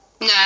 No